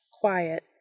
quiet